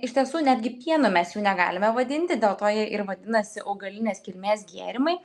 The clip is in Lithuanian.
iš tiesų netgi pienu mes jų negalime vadinti dėl to jie ir vadinasi augalinės kilmės gėrimai